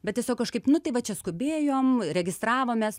bet tiesiog kažkaip nu tai va čia skubėjom registravomės